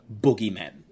boogeymen